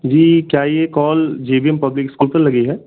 जी क्या ये call J B M public school को लगी है